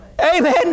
Amen